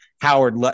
Howard